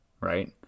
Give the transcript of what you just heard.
Right